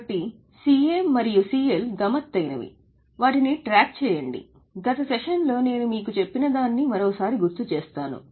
కాబట్టి CA మరియు CL గమ్మత్తైనవి వాటిని ట్రాక్ చేయండి గత సెషన్ లో నేను మీకు చెప్పినదాన్ని మరోసారి గుర్తు చేస్తాను